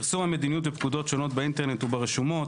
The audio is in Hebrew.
פרסום המדיניות ופקודות שונות באינטרנט וברשומות.